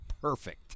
perfect